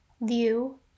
view